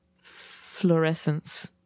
fluorescence